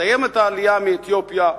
נסיים את העלייה מאתיופיה.